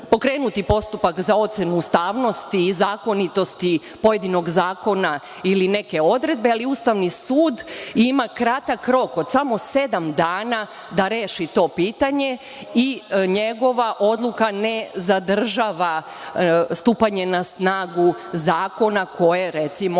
postupak za ocenu ustavnosti i zakonitosti pojedinog zakona ili neke odredbe, ali Ustavni sud ima kratak rok od samo sedam dana da reši to pitanje i njegova odluka ne zadržava stupanje na snagu zakona koje, recimo,